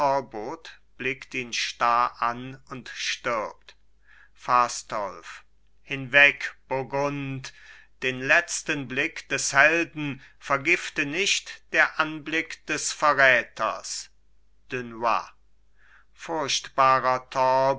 blickt ihn starr an und stirbt fastolf hinweg burgund den letzten blick des helden vergifte nicht der anblick des verräters dunois furchtbarer